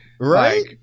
Right